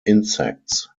insects